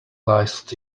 last